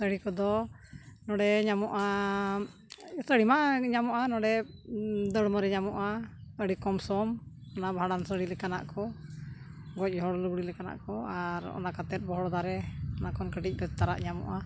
ᱥᱟᱹᱲᱤ ᱠᱚᱫᱚ ᱱᱚᱸᱰᱮ ᱧᱟᱢᱚᱜᱼᱟ ᱥᱟᱹᱲᱤᱼᱢᱟ ᱧᱟᱢᱚᱜᱼᱟ ᱱᱚᱸᱰᱮ ᱫᱟᱹᱲᱢᱟᱨᱮ ᱧᱟᱢᱚᱜᱼᱟ ᱟᱹᱰᱤ ᱠᱚᱢ ᱥᱚᱢ ᱚᱱᱟ ᱵᱷᱟᱸᱰᱟᱱ ᱥᱟᱹᱲᱤ ᱞᱮᱠᱟᱱᱟᱜ ᱠᱚ ᱜᱚᱡ ᱦᱚᱲ ᱞᱩᱜᱽᱲᱤ ᱞᱮᱠᱟᱱᱟᱜ ᱠᱚ ᱟᱨ ᱚᱱᱟ ᱠᱟᱛᱮᱫ ᱵᱚᱦᱚᱲᱫᱟ ᱨᱮ ᱚᱱᱟ ᱠᱷᱚᱱ ᱠᱟᱹᱴᱤᱡ ᱵᱮᱵᱥᱟᱨᱟᱜ ᱧᱟᱢᱚᱜᱼᱟ